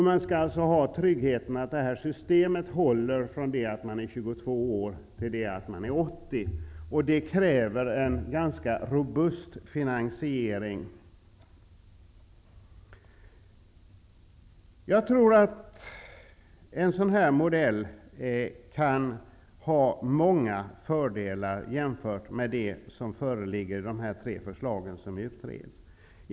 Det skall alltså finnas en trygghet i systemet som gör att det håller från det att man är 22 år till det att man är 80 år. Det kräver en ganska robust finansiering. Jag tror att en sådan modell kan ha många fördelar jämfört med de som föreligger i de tre förslag som utreds.